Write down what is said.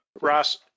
Ross